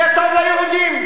זה טוב ליהודים.